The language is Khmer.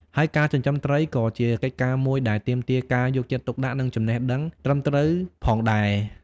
ហើយការចិញ្ចឹមត្រី ក៏ជាកិច្ចការមួយដែលទាមទារការយកចិត្តទុកដាក់ និងចំណេះដឹងត្រឹមត្រូវផងដែរ។